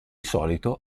solito